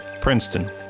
Princeton